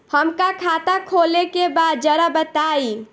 हमका खाता खोले के बा जरा बताई?